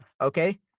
okay